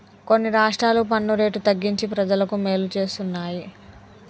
కొన్ని రాష్ట్రాలు పన్ను రేటు తగ్గించి ప్రజలకు మేలు చేస్తున్నాయి